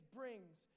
brings